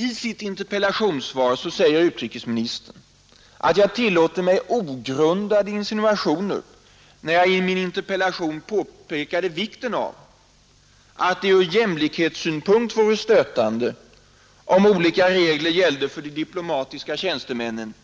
I sitt interpellationssvar säger utrikesministern att jag tillåter mig ogrundade insinuationer, när jag i min interpellation påpekar vikten av att det ur jämlikhetssynpunkt vore stötande om andra regler gällde för de politiska tjänstemännen